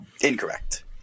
Incorrect